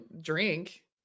drink